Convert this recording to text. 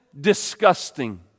disgusting